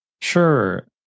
Sure